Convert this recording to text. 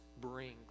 brings